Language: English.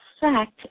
fact